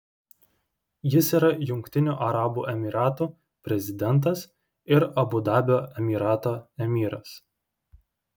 jis yra jungtinių arabų emyratų prezidentas ir abu dabio emyrato emyras